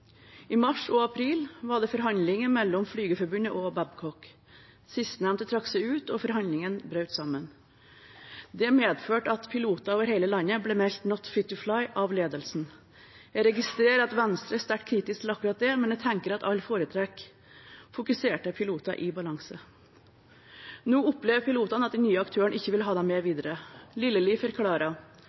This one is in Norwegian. I mars og april var det forhandlinger mellom Flygerforbundet og Babcock. Sistnevnte trakk seg ut, og forhandlingene brøt sammen. Det medførte at piloter over hele landet ble meldt «not fit for flight» av ledelsen. Jeg registrerer at Venstre er sterkt kritisk til akkurat det, men jeg tenker at alle foretrekker fokuserte piloter i balanse. Nå opplever pilotene at den nye aktøren ikke vil ha dem med videre.